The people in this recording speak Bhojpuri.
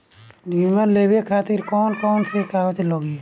बीमा लेवे खातिर कौन कौन से कागज लगी?